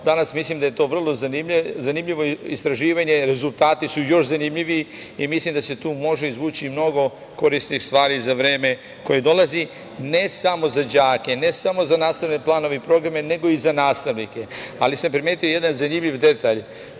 danas mislim da je to vrlo zanimljivo istraživanje, rezultati su još zanimljiviji i mislim da se tu može izvući mnogo korisnijih stvari za vreme koje dolazi. Ne samo za đake, ne samo za nastavne planove i programe, nego i za nastavnike. Primetio sam jedan zanimljiv detalj